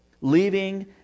Leaving